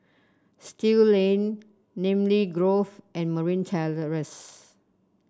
Still Lane Namly Grove and Marine Terrace